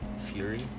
Fury